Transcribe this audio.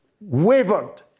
wavered